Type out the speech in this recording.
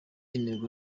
intego